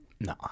No